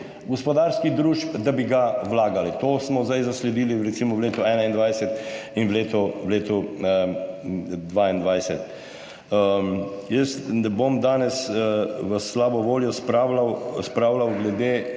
gospodarskih družb, da bi ga vlagali. To smo zdaj zasledili recimo v letu 2021 in v letu v letu 2022. Jaz ne bom danes v slabo voljo spravljal glede